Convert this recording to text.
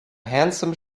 handsome